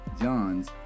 Johns